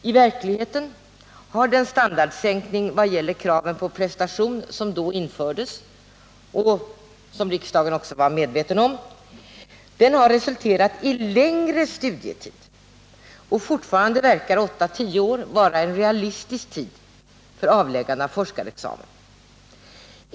I verkligheten har den standardsänkning vad gäller kravet på prestation som då infördes, och som riksdagen var medveten om, resulterat i längre studietid. Fortfarande verkar åtta till tio år vara en realistisk tid för avläggande av forskarexamen.